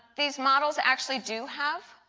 these models actually do have